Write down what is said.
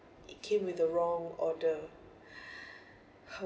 it came with the wrong order